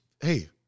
Hey